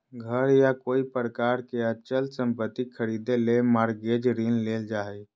घर या कोय प्रकार के अचल संपत्ति खरीदे ले मॉरगेज ऋण लेल जा हय